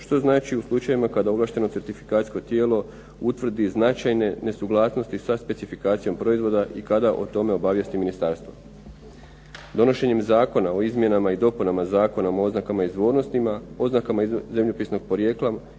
što znači u slučajevima kada ovlašteno certifikacijsko tijelo utvrdi značajne nesuglasnosti sa specifikacijom proizvoda i kada o tome obavijesti ministarstvo. Donošenjem Zakona o izmjenama i dopunama Zakona o oznakama izvornosti, oznakama zemljopisnog porijekla